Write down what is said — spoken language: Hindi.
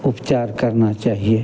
उपचार करना चाहिए